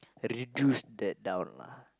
reduce that down lah